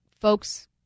folks